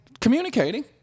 communicating